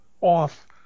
off